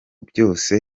byose